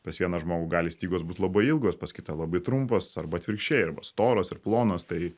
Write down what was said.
pas vieną žmogų gali stygos būt labai ilgos pas kitą labai trumpos arba atvirkščiai arba storos ir plonos tai